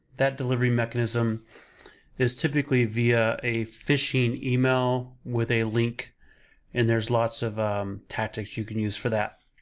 that delivery mechanism is typically via a phishing email with a link and there's lots of tactics you can use for that.